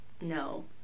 no